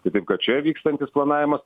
tai taip kad čia vykstantis planavimas